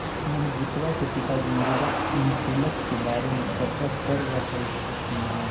मोहजीतवा के पिताजी मृदा अनुकूलक के बारे में चर्चा कर रहल खिन हल